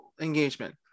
engagement